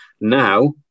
Now